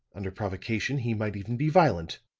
under provocation he might even be violent.